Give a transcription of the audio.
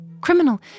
Criminal